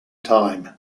time